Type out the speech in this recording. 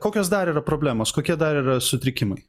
kokios dar yra problemos kokie dar yra sutrikimai